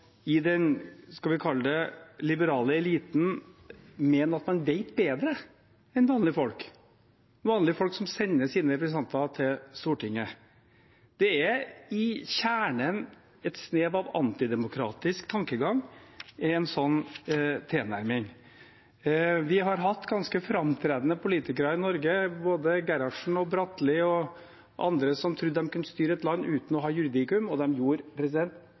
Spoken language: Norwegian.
Stortinget. Det er i sin kjerne et snev av antidemokratisk tankegang i en sånn tilnærming. Vi har hatt ganske framtredende politikere i Norge, både Gerhardsen, Bratteli og andre, som trodde de kunne styre et land uten å ha juridikum, og de gjorde